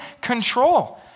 control